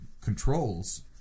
controls